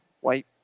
white